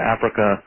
Africa